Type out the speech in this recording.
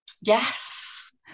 Yes